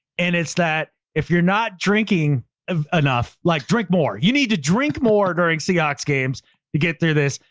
and it's that if you're not drinking ah enough, like drink more, you need to drink more during sea ox games to get through this.